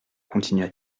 continua